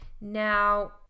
now